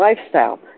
lifestyle